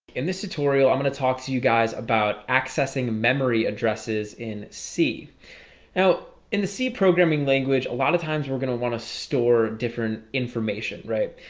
in this tutorial i'm gonna talk to you guys about accessing memory addresses in c now in the c programming language a lot of times we're gonna want to store different information right,